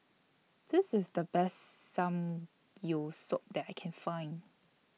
This IS The Best that I Can Find